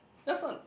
that's not